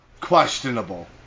questionable